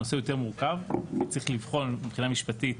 הנושא יותר מורכב וצריך לבחון מבחינה משפטית